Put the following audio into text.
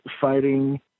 fighting